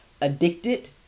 Addicted